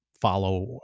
follow